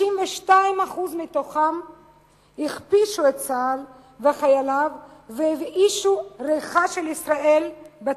92% מתוכם הכפישו את צה"ל וחייליו והבאישו ריחה של ישראל בתפוצות.